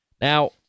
Now